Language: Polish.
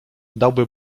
dałby